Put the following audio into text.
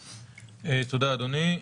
תודה, אדוני.